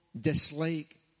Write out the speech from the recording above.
dislike